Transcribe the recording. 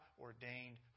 ordained